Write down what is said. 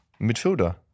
Midfielder